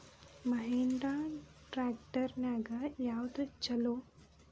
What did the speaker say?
Mahindra tractor ನ್ಯಾಗ ಯಾವ್ದ ಛಲೋ?